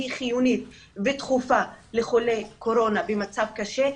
כמו שמערכת הנשמה חיונית ודחופה לחולי קורונה במצב קשה,